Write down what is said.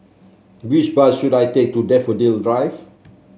which bus should I take to Daffodil Drive